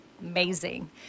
amazing